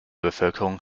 bevölkerung